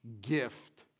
gift